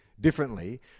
differently